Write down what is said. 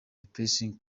suppressing